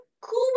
cool